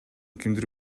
кимдир